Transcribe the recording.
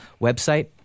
website